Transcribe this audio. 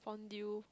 fondue